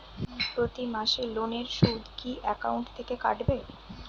প্রতি মাসে লোনের সুদ কি একাউন্ট থেকে কাটবে?